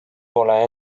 pole